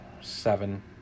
Seven